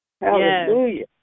Hallelujah